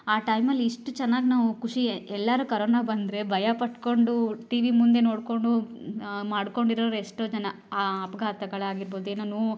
ಆ ಟೈಮಲ್ಲಿ ಇಷ್ಟು ಚೆನ್ನಾಗಿ ನಾವು ಖುಷಿ ಎಲ್ಲರೂ ಕರೋನ ಬಂದರೆ ಭಯ ಪಟ್ಕೊಂಡು ಟಿವಿ ಮುಂದೆ ನೋಡ್ಕೊಂಡು ಮಾಡ್ಕೊಂಡಿರೋರು ಎಷ್ಟೋ ಜನ ಆ ಅಪಘಾತಗಳಾಗಿರ್ಬೋದು ಏನೋ ನೋವು